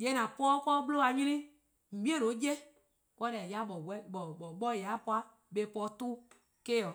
:yeh :an po-a 'de 'de 'bluhba 'nyene-' :on 'bei' 'ye-a eh-: 'ya 'de 'bor-yor-eh: po-eh eh po nyor+ 'ton-' :eh 'o.